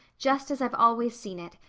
just as i've always seen it,